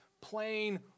plain